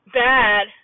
bad